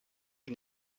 les